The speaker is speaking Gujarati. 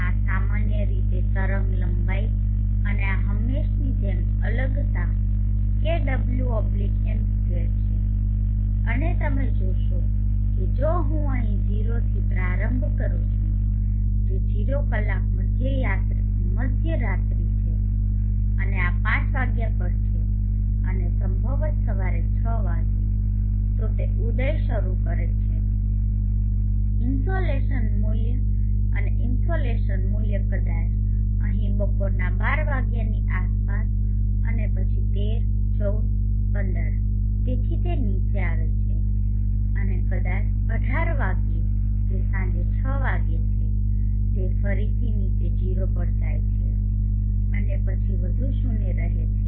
આ સામાન્ય રીતે તરંગલંબાઇ અને આ હંમેશની જેમ અલગતા kWm2 છે અને તમે જોશો કે જો હું અહીં 0 થી પ્રારંભ કરું છું જે 0 કલાક મધ્યરાત્રિ છે અને આ 5 વાગ્યા પર છે અને સંભવત સવારે 6 વાગ્યે તો તે ઉદય શરૂ કરે છે ઇન્સોલેશન મૂલ્ય અને ઇન્સોલેશન મૂલ્ય કદાચ અહીં બપોરના 12 વાગ્યાની આસપાસ અને પછી 13 14 15 તેથી તે નીચે આવે છે અને કદાચ 18 વાગ્યે જે સાંજે 6 વાગ્યે છે તે ફરીથી નીચે 0 પર જાય છે અને પછી વધુ શૂન્ય રહે છે